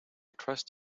trust